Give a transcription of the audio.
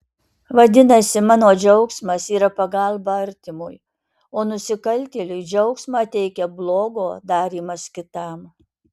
vadinasi mano džiaugsmas yra pagalba artimui o nusikaltėliui džiaugsmą teikia blogo darymas kitam